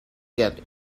get